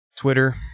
Twitter